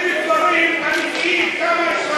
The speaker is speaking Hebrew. אני רוצה שתגיד מספרים אמיתיים, כמה ישבה הוועדה.